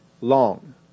long